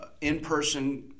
in-person